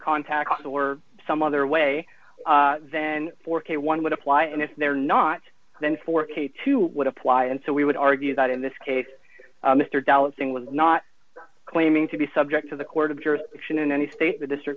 contact or some other way then for k one would apply and if they're not then for k two would apply and so we would argue that in this case mr dallas ing was not claiming to be subject to the court of jurisdiction d in any state the district